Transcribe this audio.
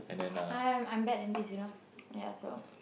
I'm I'm bad in this you know ya so